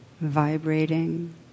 vibrating